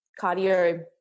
cardio